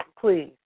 Please